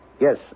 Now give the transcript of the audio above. Yes